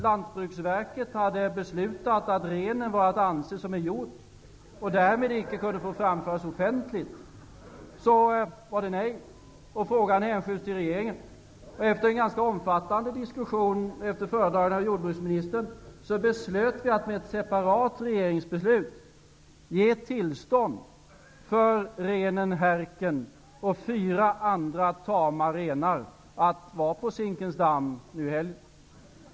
Lantbruksverket hade beslutat att renen är att anse som en hjort och därmed inte kunde få framföras offentligt. Frågan hänsköts till regeringen. Efter en ganska omfattande diskussion efter föredragning av jordbruksministern, beslöt vi att med ett separat regeringsbeslut ge tillstånd för renen, härken, och fyra andra tama renar att förevisas på Zinkensdamm i helgen.